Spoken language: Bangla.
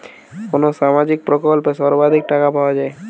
কোন সামাজিক প্রকল্পে সর্বাধিক টাকা পাওয়া য়ায়?